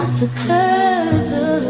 Together